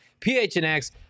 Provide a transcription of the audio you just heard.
PHNX